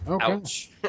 Ouch